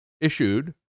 issued